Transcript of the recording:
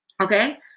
Okay